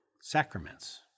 sacraments